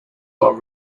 are